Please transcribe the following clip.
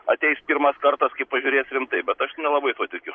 ateis pirmas kartas kai pažiūrės rimtai bet aš nelabai tuo tikiu